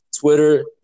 Twitter